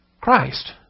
Christ